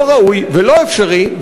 לא ראוי ולא אפשרי,